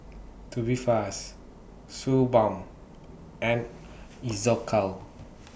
Tubifast Suu Balm and Isocal